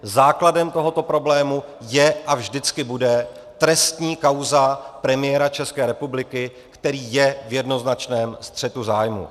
Základem tohoto problému je a vždycky bude trestní kauza premiéra České republiky, který je v jednoznačném střetu zájmů.